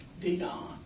Dion